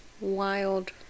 wild